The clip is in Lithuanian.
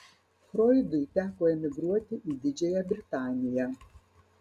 froidui teko emigruoti į didžiąją britaniją